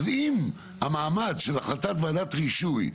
אז אם המעמד של החלטת וועדת רישוי,